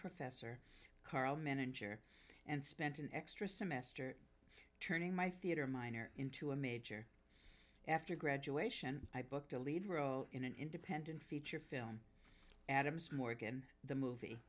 professor karl manager and spent an extra semester turning my theatre minor into a major after graduation i booked a lead role in an independent feature film adams morgan the movie